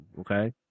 okay